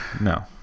No